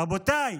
רבותיי,